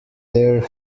there